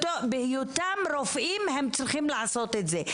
בהיותם רופאים הם צריכים לעשות את זה.